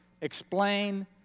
explain